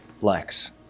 Lex